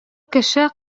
кеше